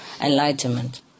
enlightenment